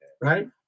right